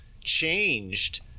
changed